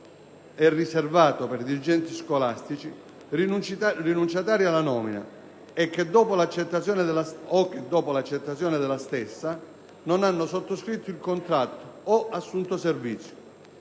e riservato per dirigenti scolastici, rinunciatari alla nomina o che, dopo l'accettazione della stessa, non hanno sottoscritto il contratto o assunto servizio;